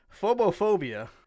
phobophobia